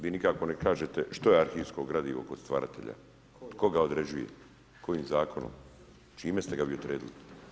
Vi nikako ne kažete što je arhivsko gradivo kod stvaratelja, tko ga određuju kojim zakonom, čime ste ga vi odredili?